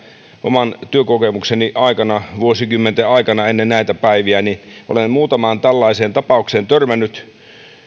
oman työkokemukseni aikana vuosikymmenten aikana ennen näitä päiviä olen muutamaan tällaiseen tapaukseen törmännyt